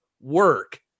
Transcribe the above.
work